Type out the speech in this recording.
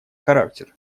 характер